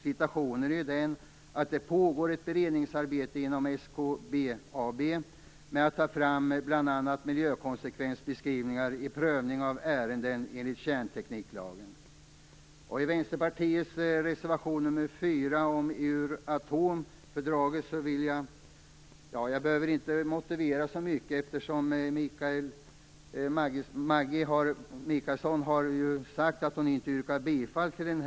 Situationen är den att det pågår ett beredningsarbete inom SKB med att ta fram bl.a. miljökonsekvensbeskrivningr i prövning av ärenden enligt kärntekniklagen. om Euratomfördraget behöver jag inte säga så mycket, eftersom Maggi Mikaelsson inte yrkar bifall till den.